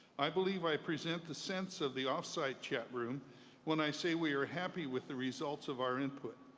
i believe i presents the sense of the off-site chat room when i say we are happy with the results of our input.